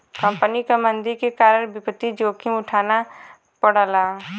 company क मंदी के कारण वित्तीय जोखिम उठाना पड़ला